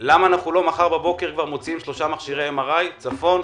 למה אנחנו לא מוציאים מחר בבוקר שלושה מכשירי MRI לצפון,